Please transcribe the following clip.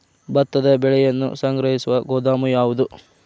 ಭತ್ತದ ಬೆಳೆಯನ್ನು ಸಂಗ್ರಹಿಸುವ ಗೋದಾಮು ಯಾವದು?